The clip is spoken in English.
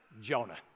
Jonah